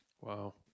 Wow